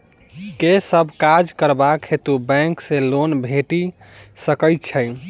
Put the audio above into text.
केँ सब काज करबाक हेतु बैंक सँ लोन भेटि सकैत अछि?